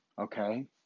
okay